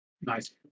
Nice